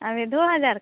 अभी दो हजार का